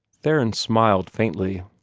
theron smiled faintly.